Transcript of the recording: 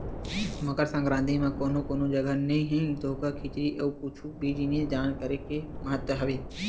मकर संकरांति म कोनो कोनो जघा नहा धोके खिचरी अउ कुछु भी जिनिस दान करे के महत्ता हवय